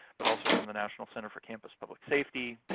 but also from the national center for campus public safety,